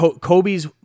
Kobe's